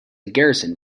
garrison